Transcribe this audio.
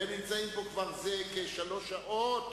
והם נמצאים פה כשלוש שעות,